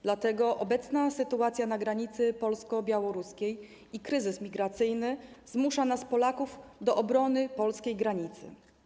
Dlatego obecna sytuacja na granicy polsko-białoruskiej i kryzys migracyjny zmuszają nas, Polaków, do obrony polskiej granicy.